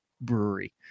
Brewery